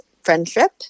friendship